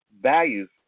values